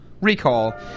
recall